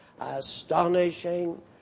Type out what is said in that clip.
astonishing